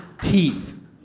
teeth